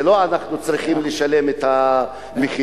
לא אנחנו צריכים לשלם את המחיר.